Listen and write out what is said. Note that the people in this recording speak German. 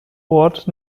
ort